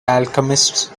alchemists